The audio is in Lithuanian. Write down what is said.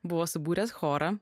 buvo subūręs chorą